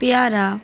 পেয়ারা